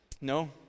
No